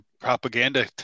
propaganda